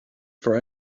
for